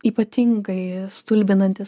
ypatingai stulbinantis